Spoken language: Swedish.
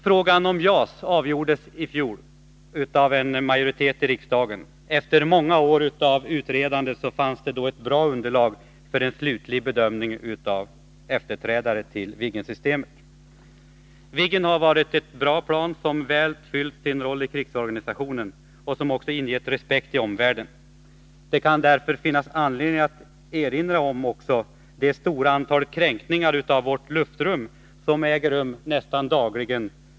Frågan om JAS avgjordes i fjol av en majoritet i riksdagen. Efter många år av utredande fanns det då ett bra underlag för en slutlig bedömning av efterträdare till Viggensystemet. Viggen har varit ett bra plan, som väl fyllt sin roll i krigsorganisationen och som också ingett respekt i omvärlden. Det kan därför finnas anledning att också erinra om det stora antal kränkningar av vårt luftrum som äger rum nästan dagligen.